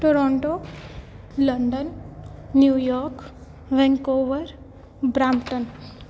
Toronto London New York Vancouver Brampton